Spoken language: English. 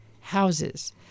houses